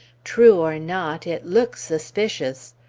true or not, it looks suspicious.